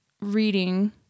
reading